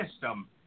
system